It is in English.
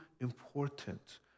important